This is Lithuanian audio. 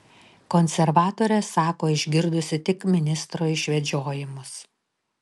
konservatorė sako išgirdusi tik ministro išvedžiojimus